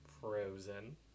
Frozen